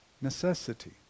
necessity